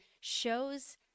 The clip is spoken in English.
shows